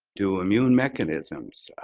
do immune mechanisms,